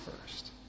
first